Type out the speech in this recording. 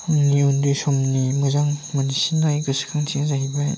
आंनि उन्दै समनि मोजां मोनसिननाय गोसोखांथिया जाहैबाय